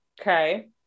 Okay